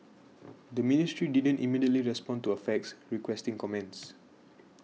the ministry didn't immediately respond to a fax requesting comments